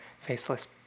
Faceless